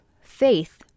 faith